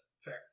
Fair